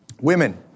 Women